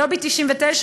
לובי 99,